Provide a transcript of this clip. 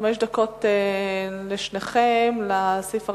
חמש דקות לשניכם לסעיף הראשון.